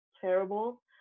terrible